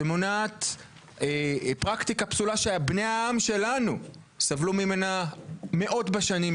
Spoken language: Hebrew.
שמונעת פרקטיקה פסולה שבני העם שלנו סבלו ממנה בחו"ל מאות בשנים,